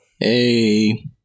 Hey